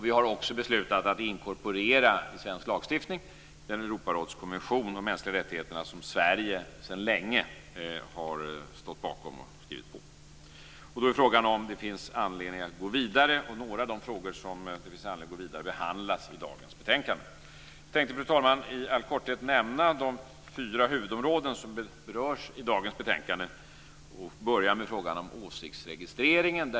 Vi har också beslutat att i svensk lagstiftning inkorporera den Europarådskonvention om de mänskliga rättigheterna som Sverige sedan länge har stått bakom och skrivit på. Då är frågan om det finns anledning att gå vidare. Några av de frågor som det finns anledning att gå vidare med behandlas i dagens betänkande. Jag tänkte, fru talman, i all korthet nämna de fyra huvudområden som berörs i dagens betänkande. Jag tänkte börja med frågan om åsiktsregistreringen.